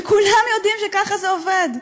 וכולם יודעים שככה זה עובד.